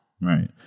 Right